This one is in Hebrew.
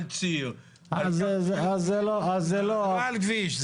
על ציר --- זה לא --- זה לא על כביש.